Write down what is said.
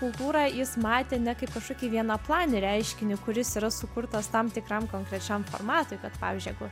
kultūrą jis matė ne kaip kažkokį vieną planinį reiškinį kuris yra sukurtas tam tikram konkrečiam formatui kad pavyzdžiui kur